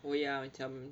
oh ya macam